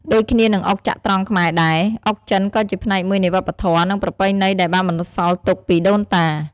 ដូចគ្នានឹងអុកចត្រង្គខ្មែរដែរ អុកចិនក៏ជាផ្នែកមួយនៃវប្បធម៌ និងប្រពៃណីដែលបានបន្សល់ទុកពីដូនតា។